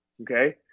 okay